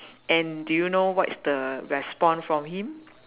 and do you know what is the response from him